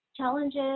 Challenges